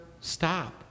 stop